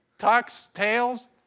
tux, tails,